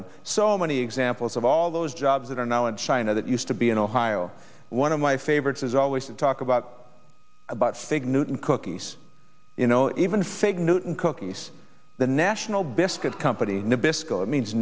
and so many examples of all those jobs that are now in china that used to be in ohio one of my favorites is always to talk about about fig newton cookies even fake newton cookies the national biscuit company nabisco it means